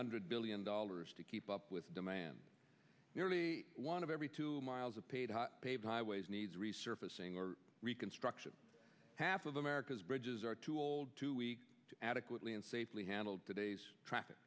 hundred billion dollars to keep up with demand nearly one of every two miles of paid highways needs resurfacing or reconstruction half of america's bridges are too old too weak to adequately and safely handled today's traffic